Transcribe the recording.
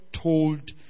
told